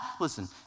listen